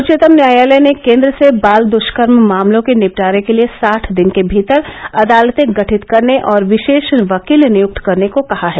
उच्चतम न्यायालय ने केन्द्र से बाल दुष्कर्म मामलों के निपटारे के लिए साठ दिन के भीतर अदालतें गठित करने और विशेष वकील नियुक्त करने को ँ कहा है